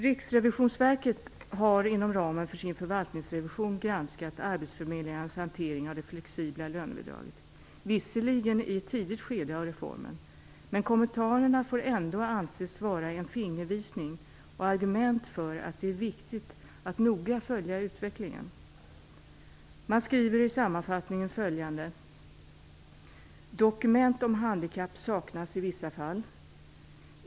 Riksrevisionsverket har inom ramen för sin förvaltningsrevision granskat arbetsförmedlingarnas hantering av det flexibla lönebidraget, visserligen i ett tidigt skede av reformen, men kommentarerna får ändå anses vara en fingervisning och argument för att det är viktigt att noga följa utvecklingen. Man skriver i sammanfattningen följande: Dokument om handikapp saknas i vissa fall.